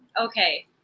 Okay